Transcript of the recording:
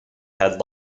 had